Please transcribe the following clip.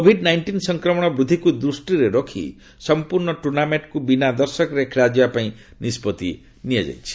Covid nineteen ସଂକ୍ରମଣ ବୃଦ୍ଧିକୁ ଦୂଷ୍ଟିରେ ରଖି ସମ୍ପୂର୍ଣ୍ଣ ଟୁର୍ଣ୍ଣାମେଣ୍ଟ୍କୁ ବିନା ଦର୍ଶକରେ ଖେଳାଯିବା ପାଇଁ ନିଷ୍ପଭି ନିଆଯାଇଛି